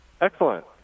Excellent